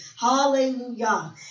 hallelujah